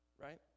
Right